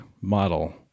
model